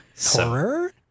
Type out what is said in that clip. Horror